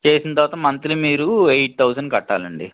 చేసిన తర్వాత మంత్లీ మీరు ఎయిట్ తౌజండ్ కట్టాలండి